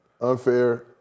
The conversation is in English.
unfair